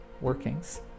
workings